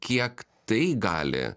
kiek tai gali